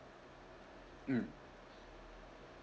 mm